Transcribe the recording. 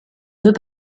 deux